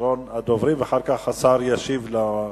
אחרון הדוברים, ואחר כך השר ישיב למציעים.